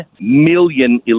million